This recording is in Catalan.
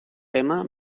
tema